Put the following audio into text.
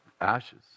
Ashes